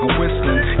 whistling